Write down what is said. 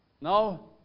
Now